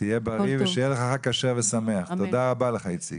תהיה בריא, ושיהיה לך חג כשר ושמח, תודה איציק.